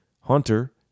hunter